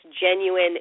genuine